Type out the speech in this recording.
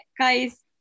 guys